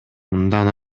мындан